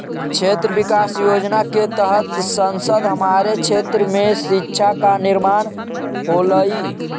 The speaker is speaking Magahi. क्षेत्र विकास योजना के तहत संसद हमारे क्षेत्र में शिक्षा का निर्माण होलई